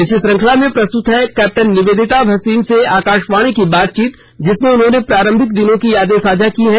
इसी श्रृंखला में प्रस्तुत है कैप्टन निवेदिता भसीन से आकाशवाणी की बातचीत जिसमें उन्होंने प्रारंभिक दिनों की यादें साझा की हैं